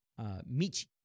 Michi